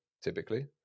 typically